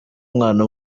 umwana